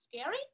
scary